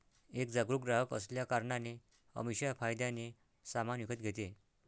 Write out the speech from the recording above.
एक जागरूक ग्राहक असल्या कारणाने अमीषा फायद्याने सामान विकत घेते